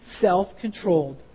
self-controlled